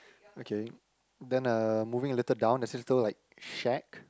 okay then uh moving a little down there's this little like shack